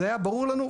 זה היה ברור לנו.